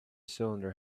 cylinder